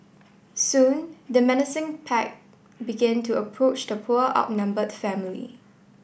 soon the menacing pack began to approach the poor outnumbered family